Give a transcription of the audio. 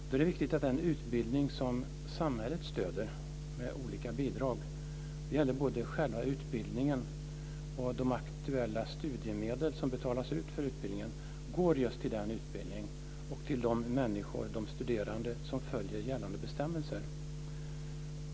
Det är då viktigt att den utbildning som samhället stöder med olika bidrag - det gäller både själva utbildningen och de aktuella studiemedel som betalas ut för utbildningen - går just till den utbildningen och till de studerande som följer gällande bestämmelser.